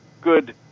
good